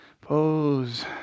pose